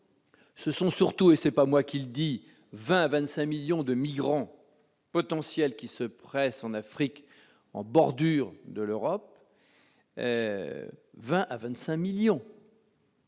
ce sont surtout- et ce n'est pas moi qui le dis -20 à 25 millions de migrants potentiels, qui se pressent en Afrique, en bordure de l'Europe. M. le ministre